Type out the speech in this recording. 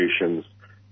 institutions